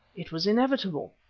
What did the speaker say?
it was inevitable,